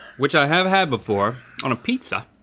which i have had before on a pizza.